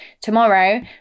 tomorrow